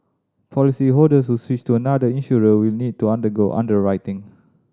policyholders who switch to another insurer will need to undergo underwriting